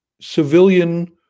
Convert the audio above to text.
civilian